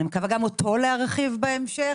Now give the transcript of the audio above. אני מקווה גם אותו להרחיב בהמשך